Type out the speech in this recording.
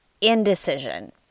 indecision